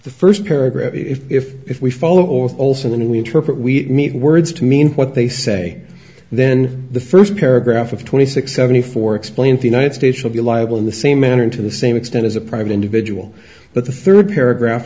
first paragraph if if if we follow also and we interpret we need words to mean what they say then the first paragraph of twenty six seventy four explains the united states will be liable in the same manner to the same extent as a private individual but the third paragraph